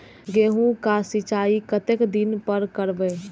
गेहूं का सीचाई कतेक दिन पर करबे?